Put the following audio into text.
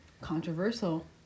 Controversial